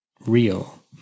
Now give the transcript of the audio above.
real